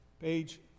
page